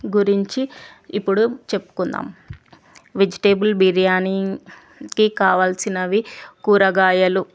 గురించి ఇప్పుడు చెప్పుకుందాం వెజిటేబుల్ బిరియాని కి కావల్సినవి కూరగాయలు